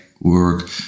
work